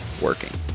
working